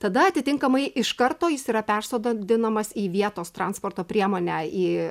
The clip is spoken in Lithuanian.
tada atitinkamai iš karto jis yra persodadinamas į vietos transporto priemonę į